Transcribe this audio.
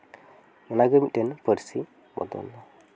ᱚᱱᱟᱜᱮ ᱢᱤᱫᱴᱤᱱ ᱯᱟᱹᱨᱥᱤ ᱵᱚᱫᱚᱞ ᱫᱚ